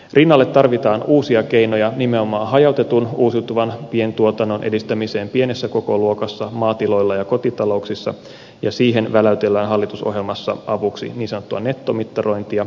rinnalle tarvitaan uusia keinoja nimenomaan hajautetun uusiutuvan pientuotannon edistämiseen pienessä kokoluokassa maatiloilla ja kotitalouksissa ja siihen väläytellään hallitusohjelmassa avuksi niin sanottua nettomittarointia